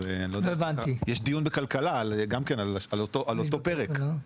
על אותו הפרק.